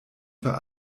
für